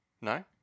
No